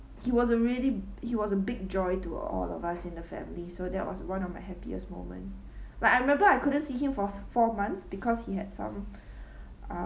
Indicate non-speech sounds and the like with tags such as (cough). he was a really he was a big joy to all of us in the family so that was one of my happiest moment like I remember I couldn't see him for four months because he had some (breath) uh